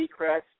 Seacrest